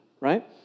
right